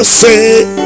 say